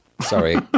Sorry